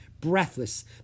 Breathless